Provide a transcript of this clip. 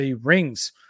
Rings